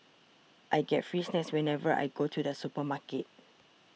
I get free snacks whenever I go to the supermarket